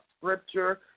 scripture